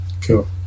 Cool